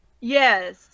yes